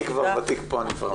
אני כבר ותיק פה.